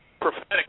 prophetic